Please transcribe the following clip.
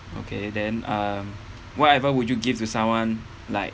okay then um whatever would you give to someone like